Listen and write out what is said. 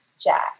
Jack